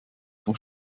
zum